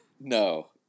No